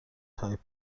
تایپ